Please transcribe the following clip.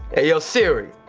hey yo siri.